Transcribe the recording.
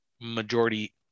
majority